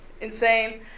Insane